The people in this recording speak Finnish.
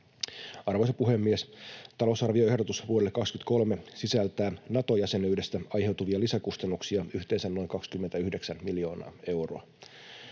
Arvoisa puhemies! Talousarvioehdotus vuodelle 23 sisältää Nato-jäsenyydestä aiheutuvia lisäkustannuksia yhteensä noin 29 miljoonaa euroa.